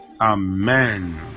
amen